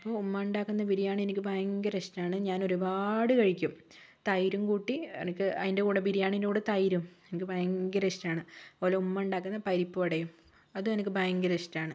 ഉമ്മ ഉണ്ടാക്കുന്ന ബിരിയാണി എനിക്ക് ഭയങ്കര ഇഷ്ടമാണ് ഞാനൊരുപാട് കഴിക്കും തൈരും കൂട്ടി എനിക്ക് അതിൻ്റെ കൂടെ ബിരിയാണീൻ്റെ കൂടെ തൈരും എനിക്ക് ഭയങ്കര ഇഷ്ടമാണ് അതുപോലെ ഉമ്മ ഉണ്ടാക്കുന്ന പരിപ്പുവടയും അതും എനിക്ക് ഭയങ്കര ഇഷ്ടമാണ്